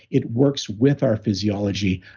it works with our physiology,